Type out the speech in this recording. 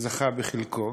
זכה בחלקו,